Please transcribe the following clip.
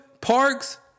Parks